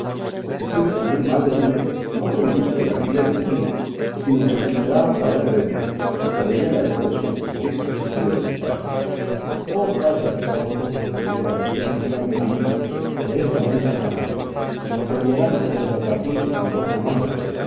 estuve con él más de un mes no por el gusto de la vida que tenía sino por el que me daba saber la de mi amo y por ella la de todos cuantos moriscos viven en españa oh cuántas y cuáles cosas te pudiera decir cipión amigo desta morisca canalla si no temiera no poderlas dar fin en dos semanas